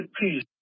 peace